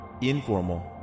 Informal